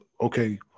okay